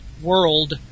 world